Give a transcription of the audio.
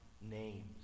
names